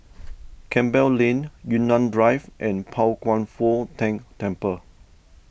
Campbell Lane Yunnan Drive and Pao Kwan Foh Tang Temple